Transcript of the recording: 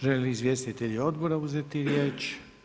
Žele li izvjestitelji odbora uzeti riječ?